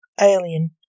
alien